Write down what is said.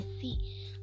see